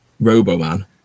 roboman